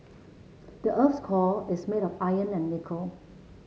the earth's core is made of iron and nickel